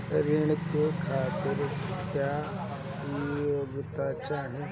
ऋण के खातिर क्या योग्यता चाहीं?